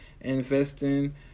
investing